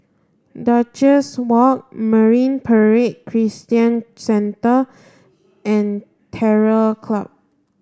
Duchess Walk Marine Parade Christian Centre and Terror Club